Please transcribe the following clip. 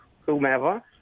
whomever